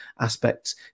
aspects